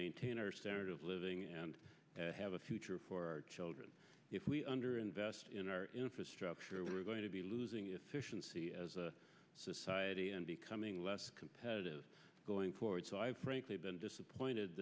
maintain our standard of living and have a future for our children if we under invest in our infrastructure we're going to be losing efficiency as a society and becoming less competitive going forward so i frankly been disappointed